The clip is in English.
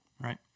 Right